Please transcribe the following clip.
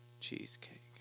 cheesecake